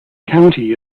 county